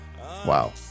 Wow